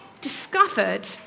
discovered